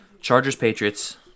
Chargers-Patriots